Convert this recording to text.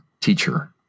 Teacher